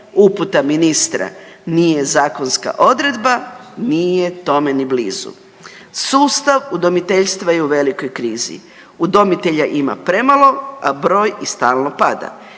uputa ministra nije zakonska odredba, nije tome ni blizu. Sustav udomiteljstva je u velikoj krizi, udomitelja ima premalo, a broj i stalno pada.